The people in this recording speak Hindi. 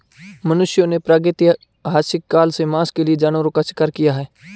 मनुष्यों ने प्रागैतिहासिक काल से मांस के लिए जानवरों का शिकार किया है